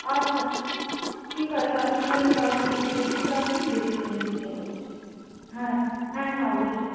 আচ্ছা ঠিক আছে আপনি না হলে কালকে বিকেলের দিকে আসুন দেখছি আমি চেষ্টা করছি হ্যাঁ হ্যাঁ হ্যাঁ অবশ্যই